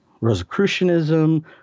Rosicrucianism